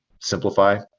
simplify